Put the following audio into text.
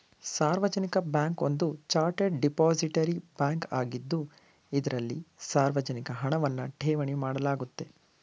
ಸಾರ್ವಜನಿಕ ಬ್ಯಾಂಕ್ ಒಂದು chartered depository bank ಆಗಿದ್ದು ಇದ್ರಲ್ಲಿ ಸಾರ್ವಜನಿಕ ಹಣವನ್ನ ಠೇವಣಿ ಮಾಡಲಾಗುತ್ತೆ